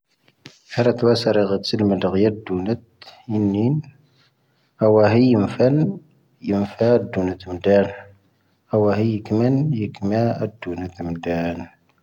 ʻʻɪⵔⴻⵜ ⵡⴰ ʻⴰⵙⴰⵔⴻ ʻⴰⵇⴻⵜ ⵙⵉⵍⵎⴻ ʻⴰⵇⵢⴻⵜ ⴷⵡⵏⴻⵜ ʻⵉⵏⵏⵉⵏ. ʻⴰⵡⴰⵀⵉ ⵉⵎ ʻⴼⴻⵍⵎ ʻⵉʻⵎⴼāⴷ ⴷⵡⵏⴻⵜ ʻⵎⴷāⵍ. ʻⴰⵡⴰⵀⵉ ⵉⵇⵎⴻⵏ ⵉⵇⵎāⴷ ⴷⵡⵏⴻⵜ ʻⵎⴷāⵍ.